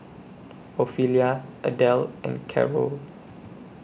Ophelia Adelle and Carrol